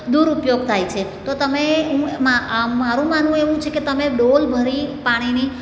દુરુપયોગ થાય છે તો તમે મારું માનવું એવું છે કે તમે ડોલ ભરી પાણીની